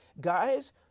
Guys